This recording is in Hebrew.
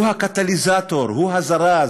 הוא הקטליזטור, הוא הזרז,